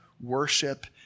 worship